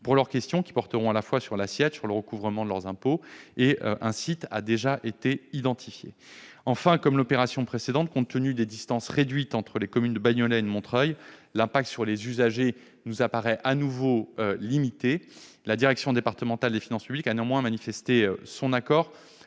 pour leurs questions portant sur l'assiette et le recouvrement de leurs impôts. Un site a déjà été identifié. Enfin, comme pour l'opération précédente, compte tenu des distances réduites entre les communes de Bagnolet et de Montreuil, l'incidence pour les usagers nous paraît également limitée. La direction départementale des finances publiques a néanmoins manifesté son accord